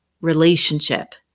relationship